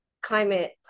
Climate